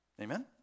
Amen